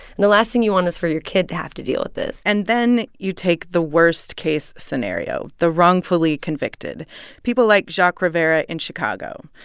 and the last thing you want is for your kid to have to deal with it and then, you take the worst-case scenario the wrongfully convicted people like jacques rivera in chicago.